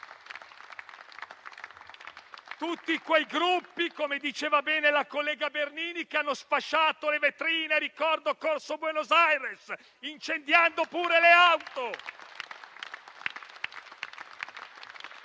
Tutti quei gruppi, come diceva bene la collega Bernini, che hanno sfasciato le vetrine - ricordo - a Corso Buenos Aires, incendiando pure le auto.